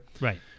Right